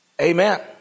Amen